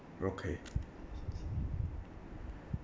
okay